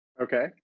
Okay